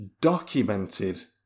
documented